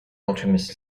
alchemist